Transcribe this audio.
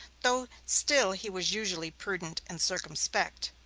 though still he was usually prudent and circumspect.